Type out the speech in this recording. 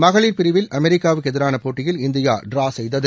மகளிர் பிரிவில் அமெரிக்காவுக்கு எதிரான போட்டியில் இந்தியா டிரா செய்தது